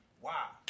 Wow